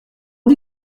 dit